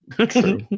True